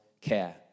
care